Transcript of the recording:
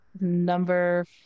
number